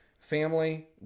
family